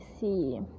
see